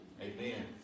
Amen